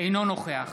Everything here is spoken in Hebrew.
אינו נוכח